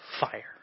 fire